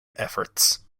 efforts